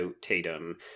Tatum